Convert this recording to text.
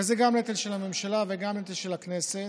וזה גם נטל של הממשלה וגם נטל של הכנסת.